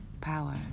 power